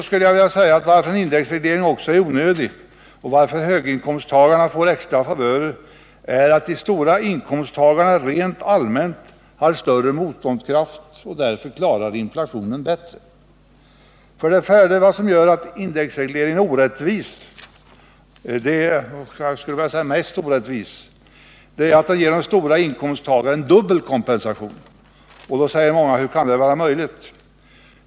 Skälet till att en indexreglering också är onödig och till att höginkomsttagarna får extra favörer är att de som har stora inkomster rent allmänt har större motståndskraft och därför klarar inflationen bättre. 4. Vad som gör indexregleringen mest orättvis är att den ger höginkomsttagarna dubbel kompensation. Då säger många: Hur kan det vara möjligt?